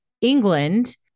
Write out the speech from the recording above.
England